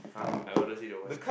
I honestly don't mind